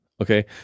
okay